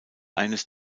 eines